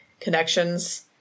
connections